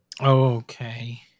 Okay